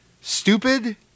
stupid